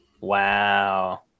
wow